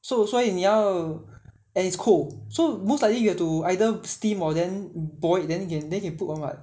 so 所以你要 and it's cold so most likely you have to either steam or then boil it then and then you cook [one] [what]